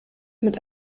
mit